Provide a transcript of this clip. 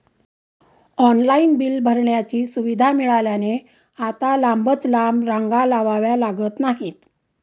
online bill भरण्याची सुविधा मिळाल्याने आता लांबच लांब रांगा लावाव्या लागत नाहीत